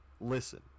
listen